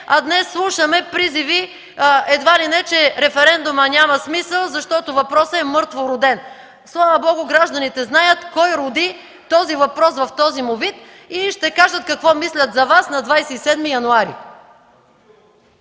а днес слушаме призиви едва ли не, че референдумът няма смисъл, защото въпросът е мъртво роден. Слава Богу, гражданите знаят кой роди този въпрос в този му вид и ще кажат какво мислят за Вас на 27 януари.